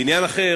בעניין אחר,